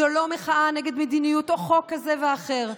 זו לא מחאה נגד מדיניות או חוק כזה או אחר.